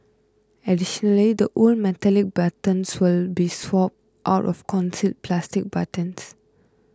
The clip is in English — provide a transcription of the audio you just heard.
additionally the old metallic buttons will be swapped out of concealed plastic buttons